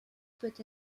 peut